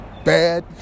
bad